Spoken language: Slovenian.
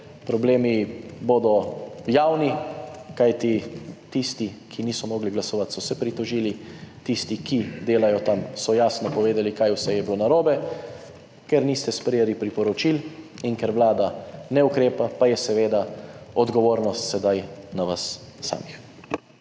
Problemi bodo javni, kajti tisti, ki niso mogli glasovati, so se pritožili, tisti, ki delajo tam, so jasno povedali kaj vse je bilo narobe, ker niste sprejeli priporočil, in ker Vlada ne ukrepa, pa je seveda odgovornost sedaj na vas samih.